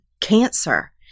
cancer